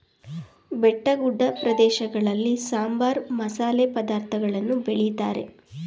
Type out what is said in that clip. ಬೆಟ್ಟಗುಡ್ಡ ಪ್ರದೇಶಗಳಲ್ಲಿ ಸಾಂಬಾರ, ಮಸಾಲೆ ಪದಾರ್ಥಗಳನ್ನು ಬೆಳಿತಾರೆ